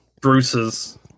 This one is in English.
Bruce's